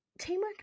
Teamwork